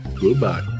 Goodbye